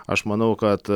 aš manau kad